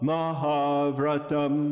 Mahavratam